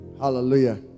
Hallelujah